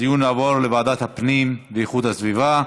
הדיון יעבור לוועדת הפנים ואיכות הסביבה.